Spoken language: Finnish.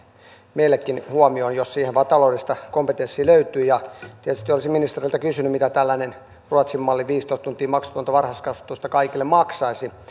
meillekin huomioon jos siihen vain taloudellista kompetenssia löytyy tietysti olisin ministeriltä kysynyt mitä tällainen ruotsin malli viisitoista tuntia maksutonta varhaiskasvatusta kaikille maksaisi